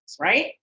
right